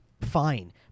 fine